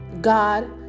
God